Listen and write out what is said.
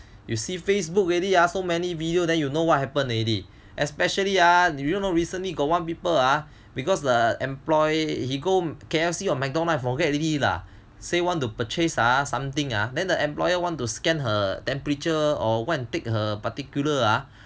you see Facebook already ah so many video then you'll know what happened already especially ah you know recently got one people ah because the employ he go K_F_C or McDonald's forget already lah say want to purchase ah something ah then the employer want to scan her temperature or want take her particular ah